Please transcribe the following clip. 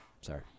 Sorry